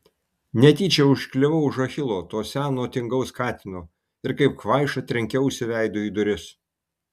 netyčia užkliuvau už achilo to seno tingaus katino ir kaip kvaiša trenkiausi veidu į duris